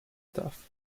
tough